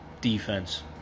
defense